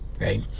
right